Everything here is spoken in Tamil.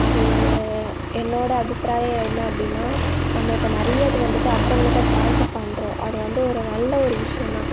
அது என்னோட அபிப்ராயம் என்ன அப்படின்னா நம்ம இப்போ நிறைய இது வந்துவிட்டு அக்கௌண்ட்டில் தான் ட்ரான்ஸ்வர் பண்ணுறோம் அது வந்து ஒரு நல்ல ஒரு விஷயம் தான்